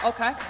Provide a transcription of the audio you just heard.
Okay